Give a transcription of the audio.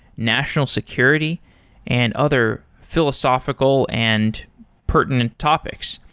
national security and other philosophical and pertinent topics.